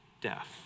death